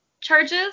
charges